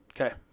Okay